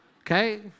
okay